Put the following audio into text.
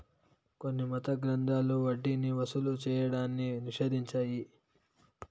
కొన్ని మత గ్రంథాలు వడ్డీని వసూలు చేయడాన్ని నిషేధించాయి